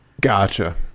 Gotcha